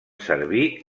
servir